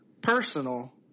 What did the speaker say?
personal